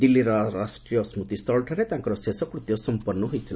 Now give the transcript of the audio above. ଦିଲ୍ଲୀର ରାଷ୍ଟ୍ରୀୟ ସ୍କୃତସ୍ଥଳଠାରେ ତାଙ୍କର ଶେଷକୃତ୍ୟ ସମ୍ପନ୍ନ ହୋଇଥିଲା